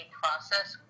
process